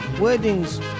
Weddings